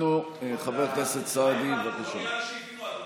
חבר הכנסת אייכלר, תודה.